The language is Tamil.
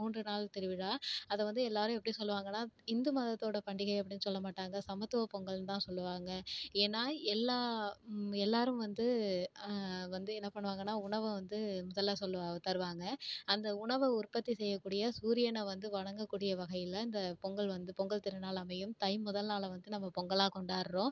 மூன்று நாள் திருவிழா அதை வந்து எல்லோரும் எப்படி சொல்லுவாங்கன்னால் இந்து மதத்தோடய பண்டிகை அப்படின்னு சொல்ல மாட்டாங்க சமத்துவப் பொங்கலுன்னுதான் சொல்லுவாங்க ஏன்னால் எல்லா எல்லோரும் வந்து வந்து என்ன பண்ணுவாங்கன்னால் உணவை வந்து முதலில் சொல்லுவா தருவாங்க அந்த உணவை உற்பத்தி செய்யக்கூடிய சூரியனை வந்து வணங்கக்கூடிய வகையில் அந்த பொங்கல் வந்து பொங்கல் திருநாள் அமையும் தை முதல் நாளை வந்துட்டு நம்ம பொங்கலாக கொண்டாடுறோம்